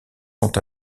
sont